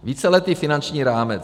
Víceletý finanční rámec.